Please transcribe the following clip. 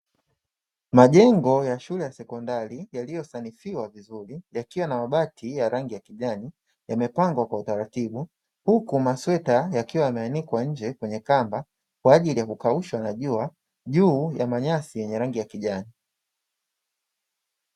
Majengo ya shule ya sekondari yaliyosanifiwa vizuri, yakiwa na mabati ya rangi ya kijani. Yamepangwa kwa utaratibu, huku masweta yakiwa yameanikwa nje kwenye kamba, kwa ajili ya kukaushwa na jua, juu ya manyasi yenye rangi ya kijani.